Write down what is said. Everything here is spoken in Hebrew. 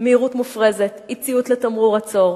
מהירות מופרזת, אי-ציות לתמרור עצור,